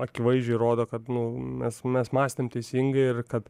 akivaizdžiai rodo kad nu mes mes mąstėm teisingai ir kad